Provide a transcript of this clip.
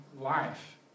life